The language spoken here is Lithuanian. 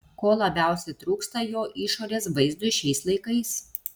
ko labiausiai trūksta jo išorės vaizdui šiais laikais